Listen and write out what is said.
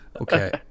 Okay